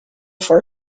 for